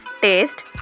taste